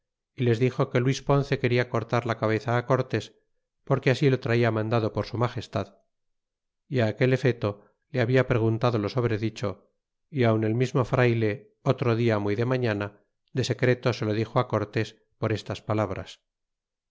y les dixo que luis ponce quena cortar la cabeza cortés porque así lo traía mandado por su magestad é aquel efeto le habla preguntado lo sobredicho y aun el mesmo frayle otro dia muy de mañana de secreto se lo dixo cortés por estas palabras